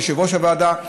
ליושב-ראש הוועדה,